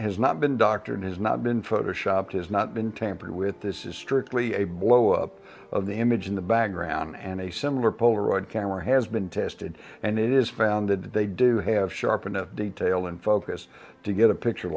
has not been doctored has not been photoshop has not been tampered with this is strictly a blow up of the image in the background and a similar polaroid camera has been tested and it is founded they do have sharp enough detail in focus to get a picture